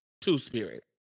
two-spirit